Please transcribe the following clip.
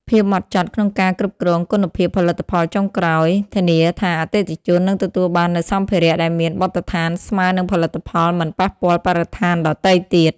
ភាពហ្មត់ចត់ក្នុងការគ្រប់គ្រងគុណភាពផលិតផលចុងក្រោយ ធានាថាអតិថិជននឹងទទួលបាននូវសម្ភារៈដែលមានបទដ្ឋានស្មើនឹងផលិតផលមិនប៉ះពាល់បរិស្ថានដទៃទៀត។